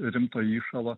rimto įšalo